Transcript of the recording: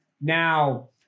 Now